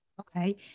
Okay